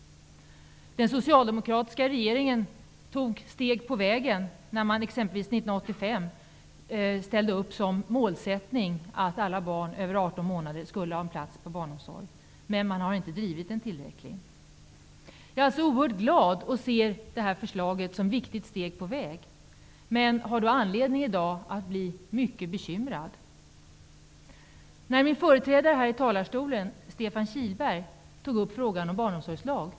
Den socialdemokratiska regeringen tog ett steg på vägen när man 1985 beslutade att målsättningen skulle vara att alla barn över 18 månader skulle ha en plats i barnomsorg. Man har har inte drivit frågan tillräckligt. Jag är alltså oerhört glad över förslaget. Jag ser det som ett viktigt steg på vägen, men jag har i dag anledning att bli mycket bekymrad. Min företrädare här i talarstolen -- Stefan Kihlberg -- tog upp frågan om barnomsorgslag.